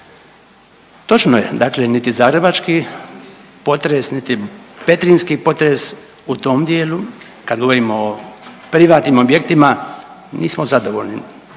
Točno je, dakle niti zagrebački potres niti petrinjski potres u tom dijelu, kad govorimo o privatnim objektima, nismo zadovoljni,